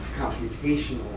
computational